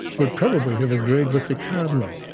would probably have agreed with the cardinal.